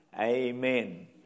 amen